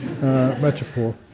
metaphor